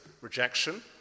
rejection